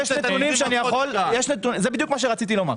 יש נתונים שאני רוצה, זה בדיוק מה שרציתי לומר.